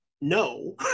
no